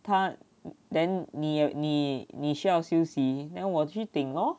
他 then 你你你需要休息 then 我去顶咯